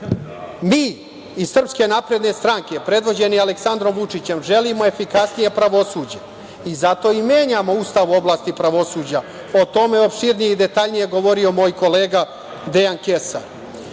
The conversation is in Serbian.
sa zakonom. Mi iz SNS, predvođeni Aleksandrom Vučićem, želimo efikasnije pravosuđe i zato i menjamo Ustav u oblasti pravosuđa. O tome je opširnije i detaljnije govorio moj kolega Dejan Kesar.